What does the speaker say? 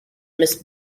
miss